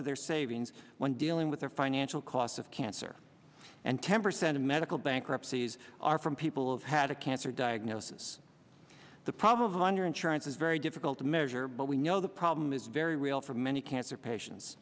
of their savings when dealing with their financial cost of cancer and ten percent of medical bankruptcies are from people have had a cancer diagnosis the probable under insurance is very difficult to measure but we know the problem is very real for many cancer patients